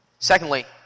Secondly